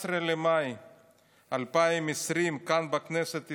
ב-17 במאי 2020, כאן בכנסת ישראל,